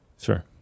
Sure